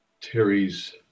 Terry's